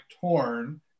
torn